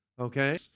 okay